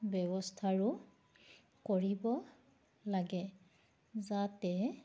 ব্যৱস্থাৰো কৰিব লাগে যাতে